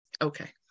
Okay